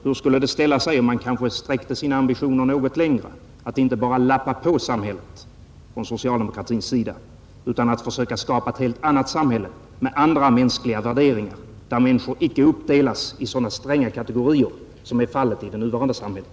Hur skulle det ställa sig om man sträckte sina ambitioner något längre på socialdemokratins sida — att inte bara lappa på samhället utan att försöka skapa ett helt annat samhälle med andra mänskliga värderingar, där människor inte uppdelas i sådana strängt avgränsade kategorier som är fallet i det nuvarande samhället?